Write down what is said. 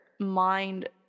mind